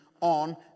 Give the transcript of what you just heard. on